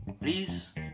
please